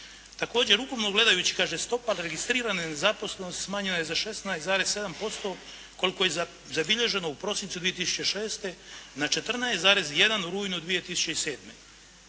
Također ukupno gledajući kaže stopa registrirane nezaposlenosti se smanjuje za 16,7% koliko je zabilježeno u prosincu 2006. na 14,1 u rujnu 2007.